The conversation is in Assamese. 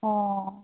অঁ